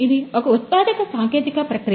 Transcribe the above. ఇది ఒక ఉత్పాదక సాంకేతికత ప్రక్రియ